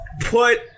put